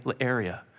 area